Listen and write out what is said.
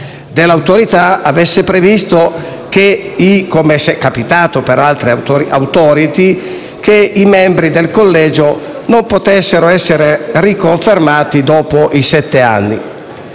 dell'Autorità abbia previsto - come è capitato per altre *Authority* - che i membri del collegio non possano essere riconfermati dopo i sette anni